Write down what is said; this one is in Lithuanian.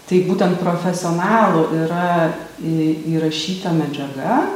tai būtent profesionalų yra į įrašyta medžiaga